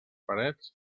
parets